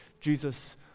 Jesus